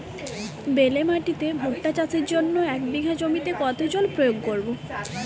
বেলে মাটিতে ভুট্টা চাষের জন্য এক বিঘা জমিতে কতো জল প্রয়োগ করব?